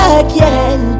again